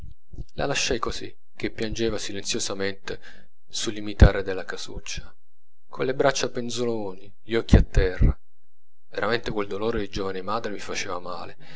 la lasciai così che piangeva silenziosamente sul limitare della casuccia con le braccia penzoloni gli occhi a terra veramente quel dolore di giovane madre mi faceva male